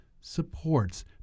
supports